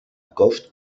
cost